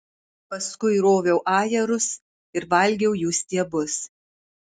paskui roviau ajerus ir valgiau jų stiebus